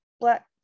black